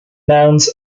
nouns